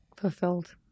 fulfilled